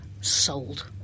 sold